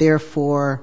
therefore